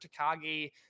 Takagi